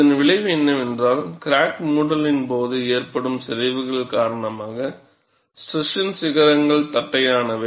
இதன் விளைவு என்னவென்றால் கிராக் மூடலின் போது ஏற்படும் சிதைவுகள் காரணமாக ஸ்ட்ரைஷன் சிகரங்கள் தட்டையானவை